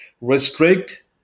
restrict